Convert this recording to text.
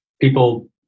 People